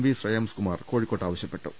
V Shreyams Kumar കോഴിക്കോട്ട് ആവശ്യ പ്പെട്ടു